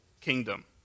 kingdom